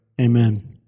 Amen